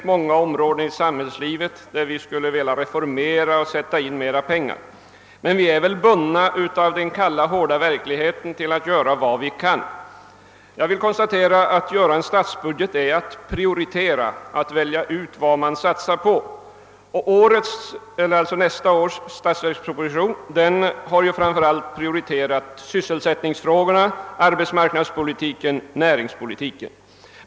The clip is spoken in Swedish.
På många andra områden i samhället vill vi också reformera och satsa mera, men av den kalla, hårda verkligheten är vi tvingade att endast göra vad vi kan. Att göra upp en statsbudget är att prioritera, att välja ut vad man skall satsa på. Nästa års statsverksproposition har framför allt prioriterat sysselsättningsfrågorna, arbetsmarknadspoli tiken och näringspolitiken.